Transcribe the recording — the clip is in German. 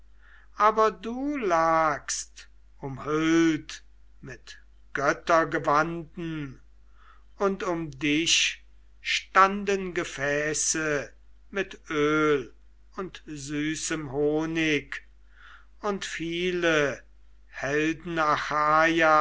aber du lagst umhüllt mit göttergewanden und um dich standen gefäße mit öl und süßem honig und viele